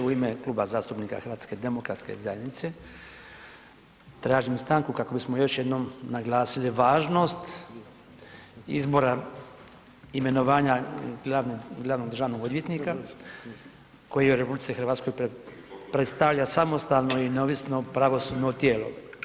U ime Kluba zastupnika HDZ-a tražim stanku kako bismo još jednom naglasili važnost izbora imenovanja glavnog državnog odvjetnika koji u RH predstavlja samostalno i neovisno pravosudno tijelo.